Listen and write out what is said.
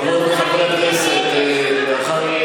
חברות וחברי הכנסת אדוני,